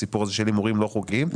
הסיפור הזה של הימורים לא חוקיים.